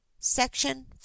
SECTION